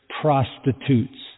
prostitutes